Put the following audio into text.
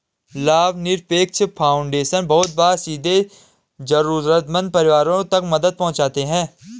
लाभनिरपेक्ष फाउन्डेशन बहुत बार सीधे जरूरतमन्द परिवारों तक मदद पहुंचाते हैं